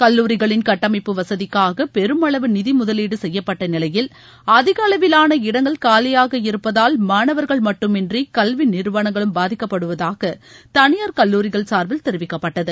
கல்லூரிகளின் கட்டமைப்பு வசதிக்காக பெருமளவு நிதி முதலீடு செய்யப்பட்ட நிலையில் அதிக அளவிலான இடங்கள் காலியாக இருப்பதால் மாணவர்கள் மட்டுமன்றி கல்வி நிறுவனங்களும் பாதிக்கப்படுவதாக தனியார் கல்லூரிகள் சார்பில் தெரிவிக்கப்பட்டது